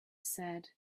said